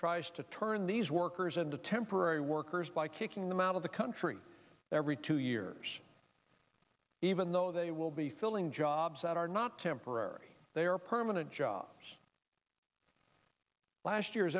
tries to turn these workers into temporary workers by kicking them out of the country every two years even though they will be filling jobs that are not temporary they are permanent jobs last year